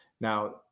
Now